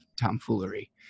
tomfoolery